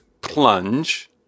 plunge